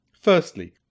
Firstly